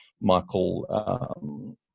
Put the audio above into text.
Michael